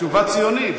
תשובה ציונית,